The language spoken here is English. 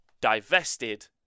divested